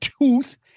tooth